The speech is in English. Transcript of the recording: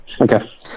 Okay